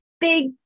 big